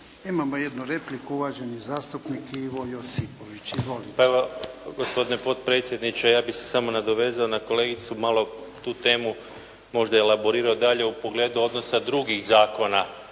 Imamo jednu repliku, uvaženi zastupnik Ivo Josipović. Izvolite. **Josipović, Ivo (Nezavisni)** Pa evo, gospodine potpredsjedniče, ja bih se samo nadovezao na kolegicu, malo tu temu možda elaborirao dalje u pogledu odnosa drugih zakona